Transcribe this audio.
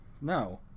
No